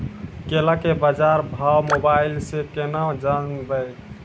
केला के बाजार भाव मोबाइल से के ना जान ब?